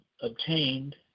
obtained